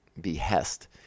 behest